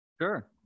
Sure